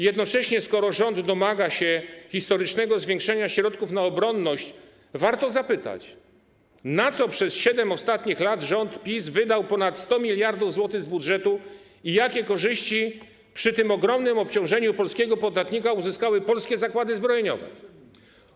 Jednocześnie, skoro rząd domaga się historycznego zwiększenia środków na obronność, warto zapytać, na co przez 7 ostatnich lat rząd PiS wydał ponad 100 mld zł z budżetu i jakie korzyści przy tak ogromnym obciążeniu polskiego podatnika uzyskały polskie zakłady zbrojeniowe?